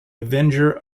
avenger